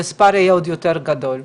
המספר יהיה עוד יותר גדול,